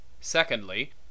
Secondly